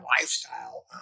lifestyle